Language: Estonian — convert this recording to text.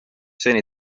seni